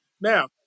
Now